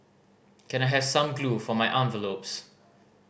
can I have some glue for my envelopes